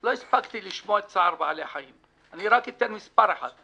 לא הספקתי לשמוע את צער בעלי חיים אני רק אתן מס' אחד,